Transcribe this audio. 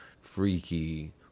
freaky